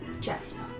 Jasper